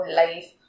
life